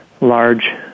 large